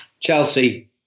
Chelsea